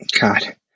God